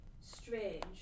strange